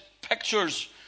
pictures